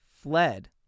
fled